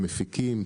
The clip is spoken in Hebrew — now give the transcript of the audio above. מפיקים,